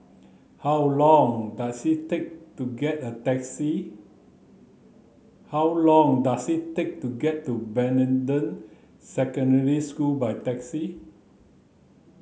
how long does it take to get the taxi how long does it take to get to Secondary School by taxi